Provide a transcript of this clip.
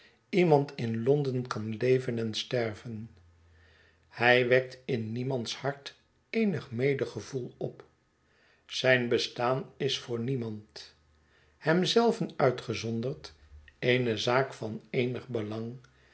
iemand in l on den kan leven en sterven hij wekt in niemands hart eenig medegevoel op zijn bestaan is voor niemand hem zelven uitgezonderd eene zaak van eenig belang